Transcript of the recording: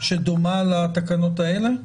שדומה להתקנות האלה?